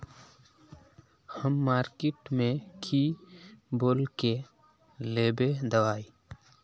हम मार्किट में की बोल के लेबे दवाई?